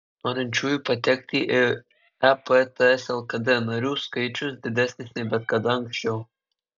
norinčiųjų patekti į ep ts lkd narių skaičius didesnis nei bet kada anksčiau